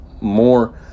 more